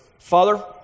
Father